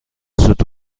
سوت